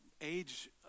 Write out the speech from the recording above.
age